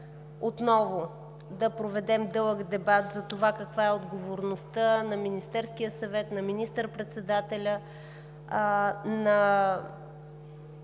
отново да проведем дълъг дебат за това каква е отговорността на Министерския съвет, на министър-председателя, на